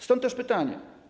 Stąd też pytanie.